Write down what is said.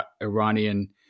Iranian